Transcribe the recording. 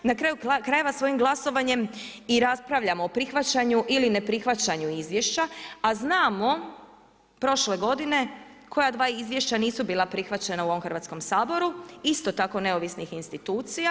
Na kraju krajeva, svojim glasovanjem i raspravljamo o prihvaćanju ili neprihvaćanju izvješća, a znamo prošle godine koja dva izvješća nisu bila prihvaćena u ovom Hrvatskom saboru isto tako neovisnih institucija.